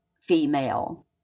female